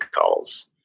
calls